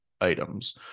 items